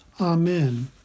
Amen